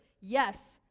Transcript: yes